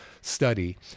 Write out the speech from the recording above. study